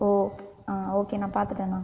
okay okay அண்ணா பார்த்துட்ட அண்ணா